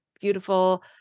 beautiful